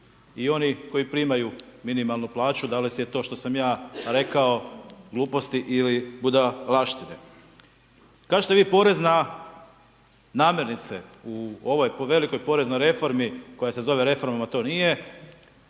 i oni koji primaju minimalnu plaću, da li je to što sam ja rekao gluposti ili budalaštine. Kažete vi porez na namirnice u ovoj velikoj poreznoj reformi koja se zove, reforma to nije,